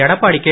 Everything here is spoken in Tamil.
எடப்படி கே